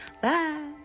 bye